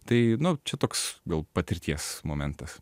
tai nu čia toks gal patirties momentas